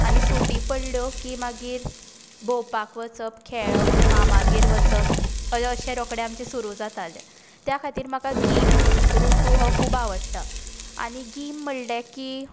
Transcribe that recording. आनी सुटी पडल्यो की मागीर भोंवपाक वचप खेळप मामागेर वचप अशें रोखडें आमचें सुरू जातालें त्या खातीर म्हाका गीम रुतू हो खूब आवडटा आनी गीम म्हळ्ळें की